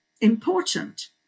important